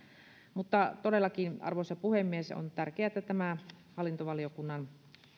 todellakin arvoisa puhemies on tärkeää että tämä hallintovaliokunnan